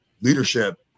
leadership